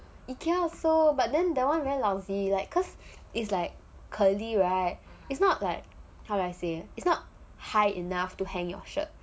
ikea also but then that one very lousy like cause it's like curly right it's not like how do I say it's not high enough to hang your shirt